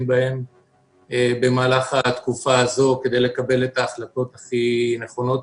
בהן במהלך התקופה הזו כדי לקבל את ההחלטות הכי נכונות.